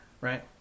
right